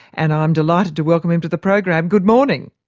and i'm delighted to welcome him to the program. good morning.